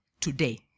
today